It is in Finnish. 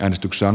äänestyksen